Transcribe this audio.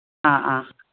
ꯑꯥ ꯑꯥ